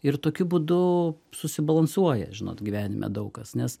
ir tokiu būdu susibalansuoja žinot gyvenime daug kas nes